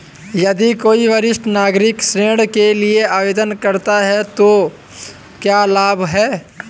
यदि कोई वरिष्ठ नागरिक ऋण के लिए आवेदन करता है तो क्या लाभ हैं?